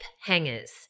hangers